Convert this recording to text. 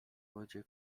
wodzie